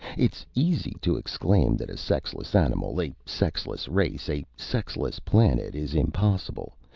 it's easy to exclaim that a sexless animal, a sexless race, a sexless planet is impossible,